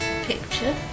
picture